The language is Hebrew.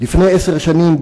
לפני עשר שנים,